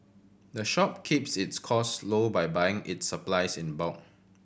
the shop keeps its cost low by buying its supplies in bulk